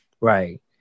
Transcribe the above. Right